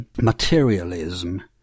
materialism